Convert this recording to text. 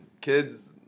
Kids